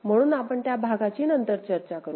म्हणून आपण त्या भागाची नंतर चर्चा करू